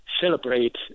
celebrate